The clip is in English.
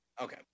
okay